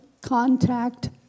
contact